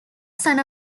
son